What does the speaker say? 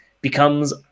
becomes